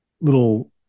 little